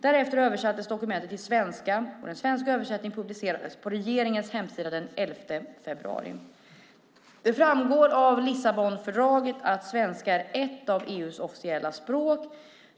Därefter översattes dokumentet till svenska, och den svenska översättningen publicerades på regeringens hemsida den 11 februari. Det framgår av Lissabonfördraget att svenska är ett av EU:s officiella språk.